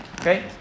Okay